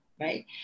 right